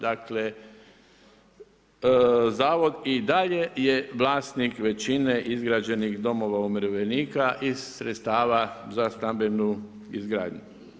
Dakle zavod i dalje je vlasnik većine izgrađenih domova umirovljenika iz sredstava za stambenu izgradnju.